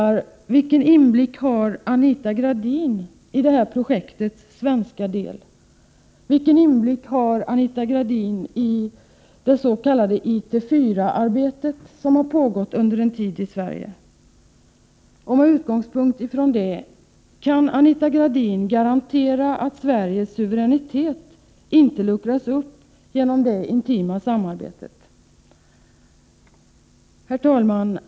Vilken inblick har Anita Gradin i detta projekts svenska del? Vilken inblick har Anita Gradin i det s.k. IT4-arbetet, som har pågått under en tid i Sverige? Med utgångspunkt från detta: Kan Anita Gradin garantera att Sveriges suveränitet inte luckras upp genom det intima samarbetet? Herr talman!